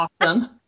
awesome